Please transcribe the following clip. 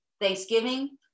Thanksgiving